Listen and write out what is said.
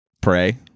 pray